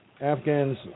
Afghans